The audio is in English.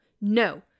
no